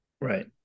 right